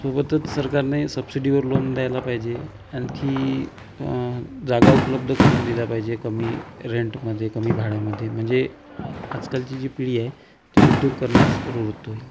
सोबतच सरकारने सबसिडीवर लोन द्यायला पाहिजे आणखी जागा उपलब्ध करून दिल्या पाहिजे कमी रेंटमध्ये कमी भाड्यामध्ये म्हणजे आजकालची जी पिढी आहे ती उद्योग करण्यास प्रवृत्त होईल